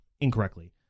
incorrectly